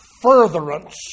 furtherance